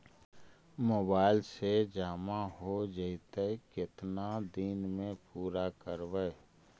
Mobile से जामा हो जैतय, केतना दिन में पुरा करबैय?